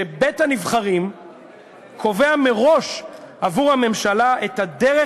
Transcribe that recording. שבית-הנבחרים קובע מראש עבור הממשלה את הדרך